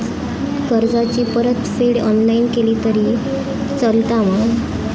कर्जाची परतफेड ऑनलाइन केली तरी चलता मा?